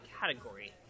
category